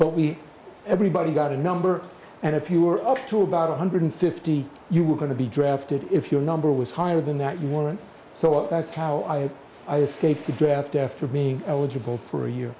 but we everybody got a number and if you were up to about one hundred fifty you were going to be drafted if your number was higher than that you want so that's how i i escaped the draft after being eligible for a year